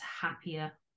happier